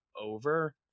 over